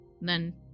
Then-